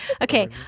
Okay